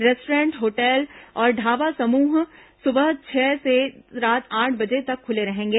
restaurant hotel और ढाबा सुबह छह से रात आठ बजे तक खुले रहेंगे